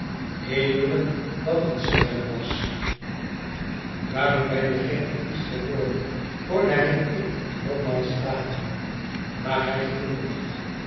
edeler dan het zijne was waarom ben je geen artist geworden hoorde hij eve nogmaals vragen maar hij glimlachte